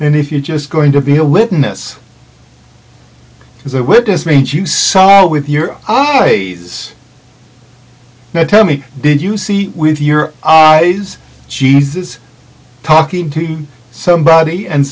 r and if you're just going to be a witness as a witness means you saw with your iras now tell me did you see with your eyes jesus talking to somebody and